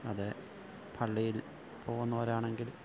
അത് പള്ളിയില് പോകുന്നവരാണെങ്കില്